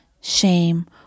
shame